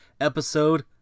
episode